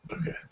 Okay